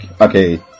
okay